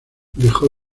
dejó